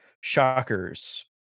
shockers